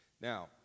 Now